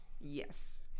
Yes